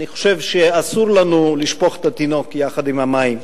אני חושב שאסור לנו לשפוך את התינוק יחד עם המים.